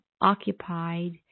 occupied